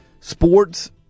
sports